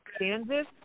Kansas